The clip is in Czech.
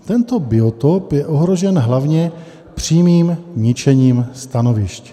Tento biotop je ohrožen hlavně přímým ničením stanovišť.